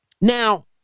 Now